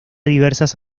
diversas